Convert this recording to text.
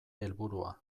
helburua